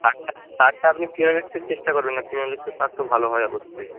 তারটা তারটা আপনি ফিনোলেক্সের চেষ্টা করবেন ফিনোলেক্সের তার তো ভালো হয় অবশ্যই